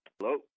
Hello